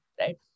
right